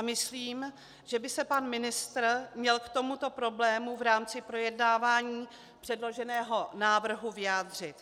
Myslím, že by se pan ministr měl k tomuto problému v rámci projednávání předloženého návrhu vyjádřit.